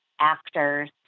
actors